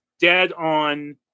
dead-on